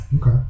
Okay